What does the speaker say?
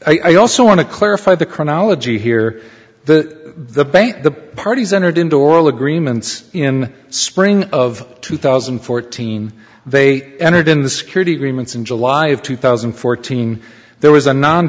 the i also want to clarify the chronology here that the bank the parties entered into oral agreements in spring of two thousand and fourteen they entered in the security agreements in july of two thousand and fourteen there was a non